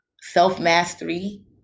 Self-mastery